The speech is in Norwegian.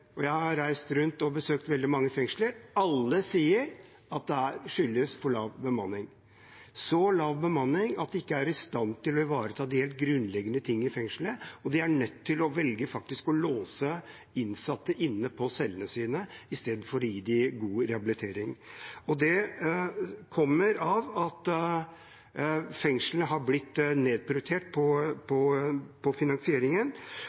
Jeg har reist rundt og besøkt veldig mange fengsler – alle sier at dette skyldes for lav bemanning, så lav bemanning at de ikke er i stand til å ivareta de helt grunnleggende ting i fengslene, og de er faktisk nødt til å velge å låse innsatte inne på cellene sine istedenfor å gi dem god rehabilitering. Det kommer av at fengslene har blitt nedprioritert